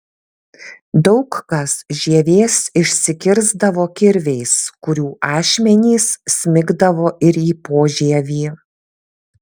daug kas žievės išsikirsdavo kirviais kurių ašmenys smigdavo ir į požievį